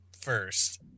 first